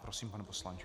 Prosím, pane poslanče.